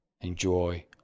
enjoy